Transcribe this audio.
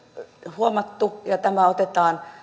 huomattu ja tämä otetaan